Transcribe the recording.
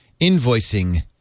invoicing